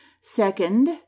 Second